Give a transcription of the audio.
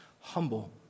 humble